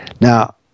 Now